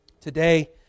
Today